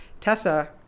tessa